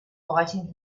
fighting